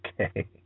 Okay